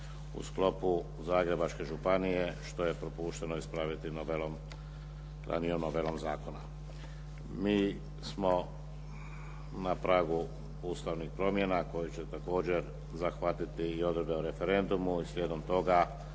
u sklopu Zagrebačke županije što je propušteno ispraviti novelom, ranijom novelom zakona. Mi smo na pragu ustavnih promjena koje će također zahvatiti i odredbe o referendumu, slijedom toga